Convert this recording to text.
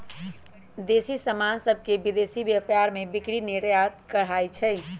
देसी समान सभके विदेशी व्यापार में बिक्री निर्यात कहाइ छै